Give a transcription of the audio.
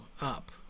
up